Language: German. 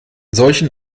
solchen